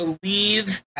believe